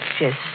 yes